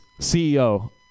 ceo